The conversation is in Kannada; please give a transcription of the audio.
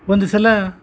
ಒಂದು ಸಲ